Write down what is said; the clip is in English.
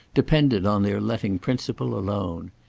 depended on their letting principle alone.